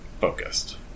focused